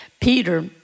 Peter